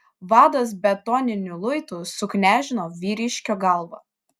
vadas betoniniu luitu suknežino vyriškio galvą